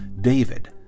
David